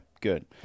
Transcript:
good